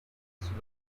sin